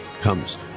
comes